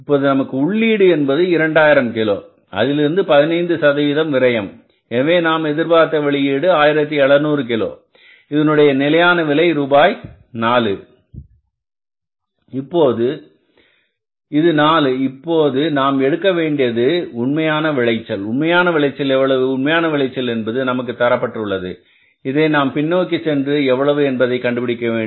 இப்போது நமக்கு உள்ளீடு என்பது 2000 கிலோ அதிலிருந்து 15 விரயம் எனவே நாம் எதிர்பார்த்த வெளியீடு 1700 கிலோ இதனுடைய நிலையான விலை ரூபாய் நாலு இது நாலு இப்போது நாம் எடுக்க வேண்டியது உண்மையான விளைச்சல் உண்மையான விளைச்சல் எவ்வளவு உண்மையான விளைச்சல் என்பது நமக்குத் தரப்பட்டுள்ளது இதை நாம் பின்னோக்கி சென்று எவ்வளவு என்பதை கண்டுபிடிக்க வேண்டும்